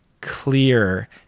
clear